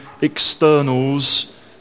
externals